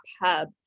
hub